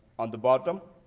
on the bottom,